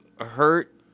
hurt